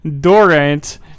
Durant